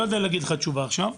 לא יודע להגיד לך תשובה עכשיו.